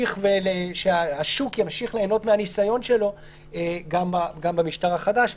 שהשוק ימשיך ליהנות מהניסיון שלו גם במשטר החדש.